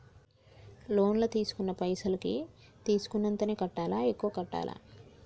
Loan లా తీస్కున్న పైసల్ కి తీస్కున్నంతనే కట్టాలా? ఎక్కువ కట్టాలా?